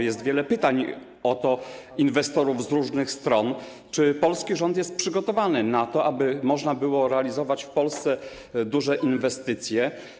Jest wiele pytań inwestorów z różnych stron o to, czy polski rząd jest przygotowany na to, aby można było realizować w Polsce duże inwestycje.